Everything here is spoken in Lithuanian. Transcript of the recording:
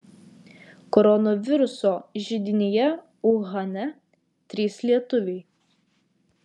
koronaviruso židinyje uhane trys lietuviai